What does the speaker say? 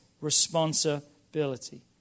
responsibility